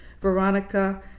Veronica